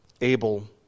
Abel